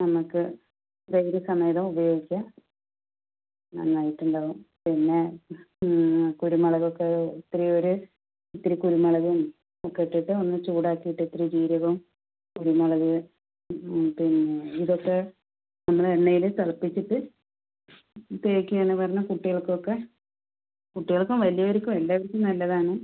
നമുക്ക് ധൈര്യസമേതം ഉപയോഗിക്കാം നന്നായിട്ട് ഉണ്ടാവും പിന്നെ കുരുമുളക് ഒക്കെ ഇത്ര ഒരു ഇത്തിരി കുരുമുളകും ഒക്കെ ഇട്ടിട്ട് ഒന്ന് ചൂടാക്കീട്ട് ഇത്തിരി ജീരകം കുരുമുളക് പിന്നെ ഇത് ഒക്കെ നമ്മള് എണ്ണയില് തിളപ്പിച്ചിട്ട് തേയ്ക്കേണ് പറഞ്ഞാൽ കുട്ടികൾക്ക് ഒക്കെ കുട്ടികൾക്കും വലിയവർക്കും എല്ലാവർക്കും നല്ലതാണ്